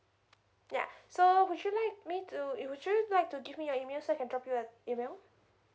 ya so would you like me to would you like to give me your email so I can drop you a email